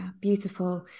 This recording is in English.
beautiful